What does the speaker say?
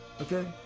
okay